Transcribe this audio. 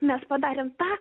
mes padarėm tą